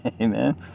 amen